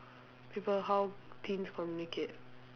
people how things communicate